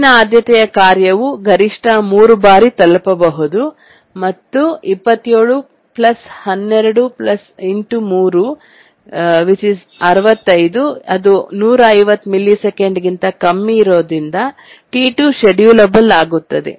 ಹೆಚ್ಚಿನ ಆದ್ಯತೆಯ ಕಾರ್ಯವು ಗರಿಷ್ಠ 3 ಬಾರಿ ತಲುಪಬಹುದು ಮತ್ತು 27 12 ∗ 3 65 150 ms ಮತ್ತು ಆದ್ದರಿಂದ T2 ಶೆಡ್ಯೂಲ್ ಅಬಲ್ ಆಗುತ್ತದೆ